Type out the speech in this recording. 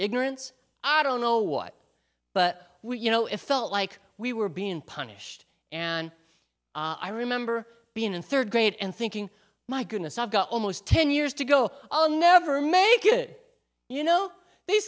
ignorance i don't know what but you know if felt like we were being punished and i remember being in third grade and thinking my goodness i've got almost ten years to go i'll never make it you know they